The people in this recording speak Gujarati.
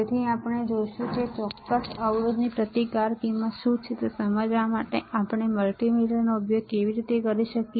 તેથી આપણે જોઈશું કે આ ચોક્કસ અવરોધની પ્રતિકારક કિંમત શું છે તે સમજવા માટે આપણે મલ્ટિમીટરનો ઉપયોગ કેવી રીતે કરી શકીએ